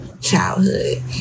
childhood